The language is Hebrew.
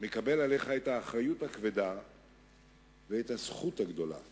מקבל עליך את האחריות הכבדה ואת הזכות הגדולה